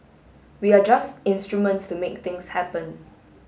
we are just instruments to make things happen